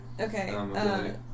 Okay